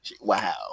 wow